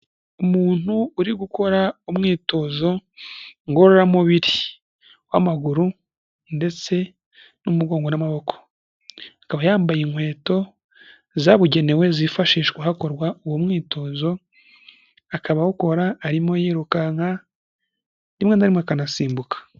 Umuntu uri gukora umwitozo ngororamubiri ,w' amaguru ndetse n' umuhondo n' amaboko. Akarba yambaye inkweto zabugenewe zifashishwa hakarwa ubwo mwitozo akaba awukora arimo yirukanka rimwe na rimwe akanasimbuka.